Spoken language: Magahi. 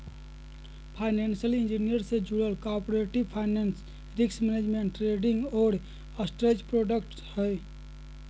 फाइनेंशियल इंजीनियरिंग से जुडल corporate finance, risk management, trading और स्ट्रक्चर्ड प्रॉडक्ट्स हय